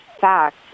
fact